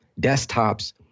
desktops